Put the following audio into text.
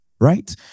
right